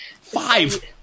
Five